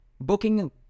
Booking